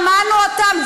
שמענו אותם.